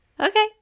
Okay